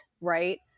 right